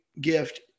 gift